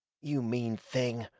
you mean thing,